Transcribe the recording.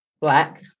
black